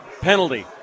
penalty